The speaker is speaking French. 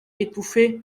étouffée